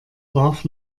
warf